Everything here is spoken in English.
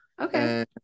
Okay